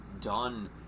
done